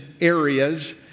areas